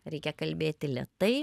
reikia kalbėti lėtai